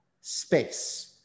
space